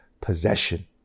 possession